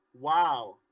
Wow